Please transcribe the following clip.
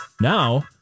Now